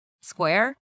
square